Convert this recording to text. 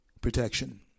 protection